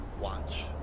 watch